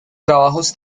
trabajos